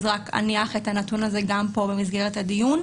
אז אני רק אניח את הנתון הזה גם פה במסגרת הדיון.